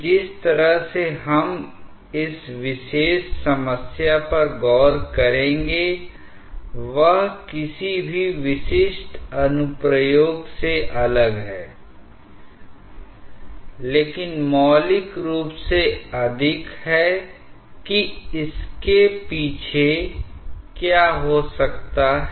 इसका कारण यह है कि हमने एक आदर्श प्रकार के समीकरण का उपयोग किया है वह सभी धारणाएं जो बरनौली के समीकरण के स्टेडी रूप में अंतर्निहित हैं यहां इसके साथ भी अंतर्निहित हैं और इसलिए वह सभी आदर्श जो समीकरण के इस रूप में अंतर्निहित हैं उन्हें धारण किया जाता है I इसके साथ ही हम यह जानते हैं की व्यवहारिक रूप में इस तरह के आदर्श सही नहीं होते हैंI यह कभी भी एक घर्षण रहित प्रवाह नहीं होता है